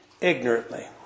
ignorantly